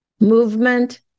Movement